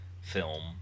film